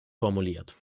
formuliert